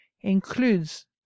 includes